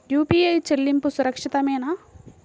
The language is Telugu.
యూ.పీ.ఐ చెల్లింపు సురక్షితమేనా?